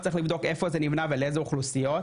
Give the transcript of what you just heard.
צריך לבדוק איפה זה נבנה ולאיזה אוכלוסיות,